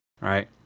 right